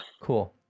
Cool